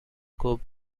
cobb